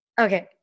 Okay